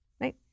right